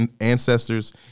ancestors